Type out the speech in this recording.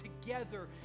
together